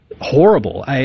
horrible